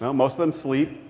most of them sleep.